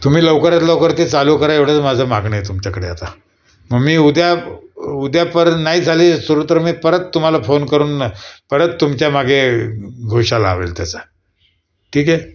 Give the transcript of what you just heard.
तुम्ही लवकरात लवकर ते चालू करा एवढंच माझं मागणं आहे तुमच्याकडे आता मग मी उद्या उद्या परत नाही झाले सुरू तर मी परत तुम्हाला फोन करून परत तुमच्या मागे घोशा लावेल त्याचा ठीक आहे